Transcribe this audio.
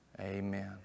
Amen